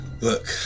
Look